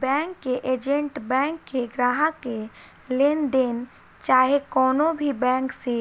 bank के agent bank के ग्राहक के लेनदेन चाहे कवनो भी बैंक से